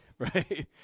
Right